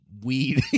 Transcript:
weed